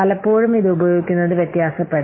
പലപ്പോഴും ഇത് ഉപയോഗിക്കുന്നതു വ്യത്യാസപ്പെടാം